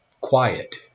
quiet